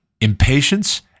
Impatience